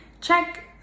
check